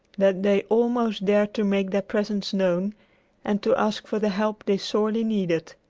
that they almost dared to make their presence known and to ask for the help they sorely needed.